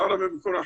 בערבית.